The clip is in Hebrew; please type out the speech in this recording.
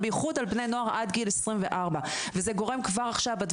ובייחוד על בני נוער עד גיל 24. וזה גורם